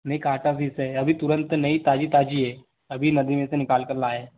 नहीं कांटा फिस है अभी तुरंत नई ताज़ी ताज़ी है अभी नदी में से निकालकर लाए हैं